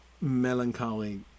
melancholy